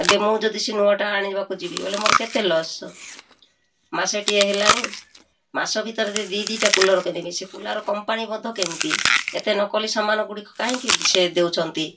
ଏବେ ମୁଁ ଯଦି ସେ ନୂଆଟା ଆଣିବାକୁ ଯିବି ବୋଲେ ମୋର କେତେ ଲସ୍ ମାସେଟିଏ ହେଲାଣି ମାସ ଭିତରେ ଯଦି ଦୁଇ ଦୁଇଟା କୁଲର କିଣିବି ସେ କୁଲର କମ୍ପାନୀ ମଧ୍ୟ କେମିତି ଏତେ ନକଲି ସାମାନ ଗୁଡ଼ିକ କାହିଁକି ସେ ଦେଉଛନ୍ତି